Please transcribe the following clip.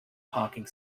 parking